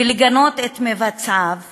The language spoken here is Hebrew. ולגנות את מבצעיו